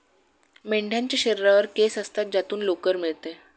मेंढ्यांच्या शरीरावर केस असतात ज्यातून लोकर मिळते